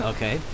Okay